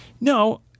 No